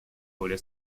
более